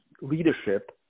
leadership